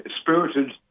spirited